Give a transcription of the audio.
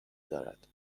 دارد